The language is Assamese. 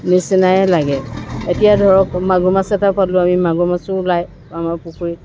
নিচিনাই লাগে এতিয়া ধৰক মাগুৰ মাছ এটা পালোঁ মাগুৰ মাছো ওলায় আমাৰ পুখুৰীত